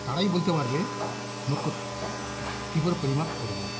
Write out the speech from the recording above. তারাই বলতে পারবে নক্ষত্র কী কী করে পরিমাপ করব